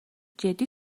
جدی